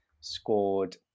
scored